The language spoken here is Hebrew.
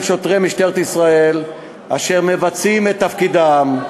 שוטרי משטרת ישראל אשר מבצעים את תפקידם.